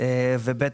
ושנית,